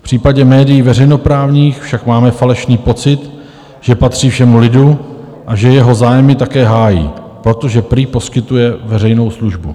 V případě médií veřejnoprávních však máme falešný pocit, že patří všemu lidu a že jeho zájmy také hájí, protože prý poskytuje veřejnou službu.